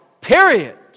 period